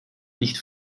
nicht